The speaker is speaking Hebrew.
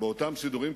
באותם סידורים,